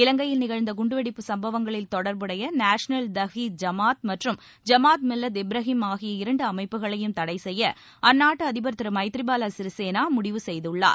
இலங்கையில் நிகழ்ந்த குண்டுவெடிப்பு சம்பவங்களில் தொடர்புடைய நேஷனல் தவ்ஹீத் ஜமாத் மற்றும் ஜமாத் மில்லத்து இப்ரஹிம் ஆகிய இரண்டு அமைப்புகளையும் தடை செய்ய அந்நாட்டு அதிபர் திரு மைத்ரிபால சிறிசேனா முடிவு செய்துள்ளார்